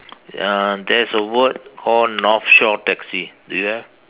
ya there's a word called North Shore taxi do you have